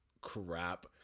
crap